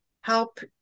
help